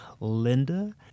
Linda